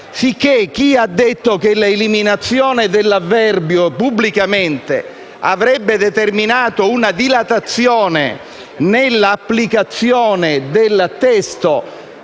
chi ha detto che l'eliminazione dell'avverbio «pubblicamente» avrebbe determinato una dilatazione dell'applicazione del testo